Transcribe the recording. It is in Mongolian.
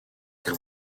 тэр